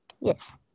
Yes